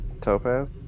Topaz